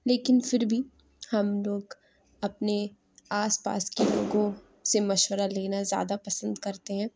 لیکن پھر بھی ہم لوگ اپنے آس پاس کے لوگوں سے مشورہ لینا زیادہ پسند کرتے ہیں